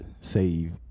save